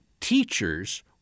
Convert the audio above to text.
teachers